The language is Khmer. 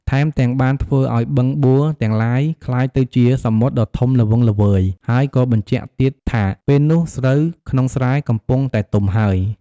ថែមទាំង បានធ្វើឱ្យបឹងបួរទាំងឡាយក្លាយទៅជាសមុទ្រដ៏ធំល្វឹងល្វើយហើយក៏បញ្ជាក់ទៀតថាពេលនោះស្រូវក្នុងស្រែកំពុងតែទុំហើយ។